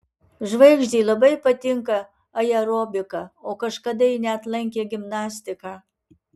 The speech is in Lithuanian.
žvaigždei labai patinka aerobika o kažkada ji net lankė gimnastiką